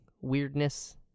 weirdness